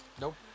Nope